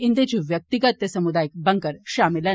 इंदे च व्यक्तिगत ते समुदायिक बंकर शामल न